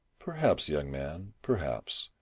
perhaps, young man, perhaps.